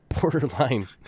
borderline